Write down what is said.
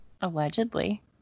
Allegedly